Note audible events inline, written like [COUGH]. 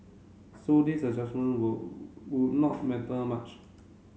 so this adjustment [UNINTELLIGIBLE] would not matter much